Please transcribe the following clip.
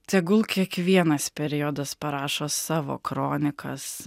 tegul kiekvienas periodas parašo savo kronikas